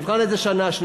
נבחן את זה שנה-שנתיים,